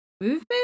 movement